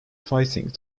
fighting